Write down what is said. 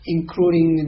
Including